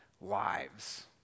lives